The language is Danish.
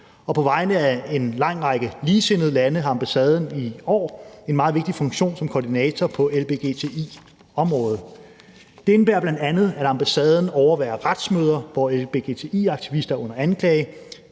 på vegne af en lang række ligesindede lande har ambassaden i år en meget vigtig funktion som koordinator på lgbti-området. Det indebærer bl.a., at ambassaden overværer retsmøder, hvor lgbti-aktivister er under anklage,